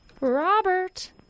robert